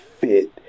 fit